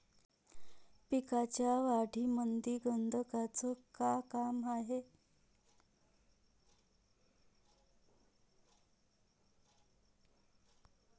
पिकाच्या वाढीमंदी गंधकाचं का काम हाये?